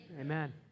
Amen